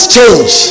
change